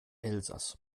elsaß